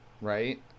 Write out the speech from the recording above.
right